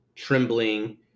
Trembling